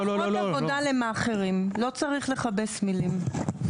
אני אומרת שלא צריך לכבס מילים,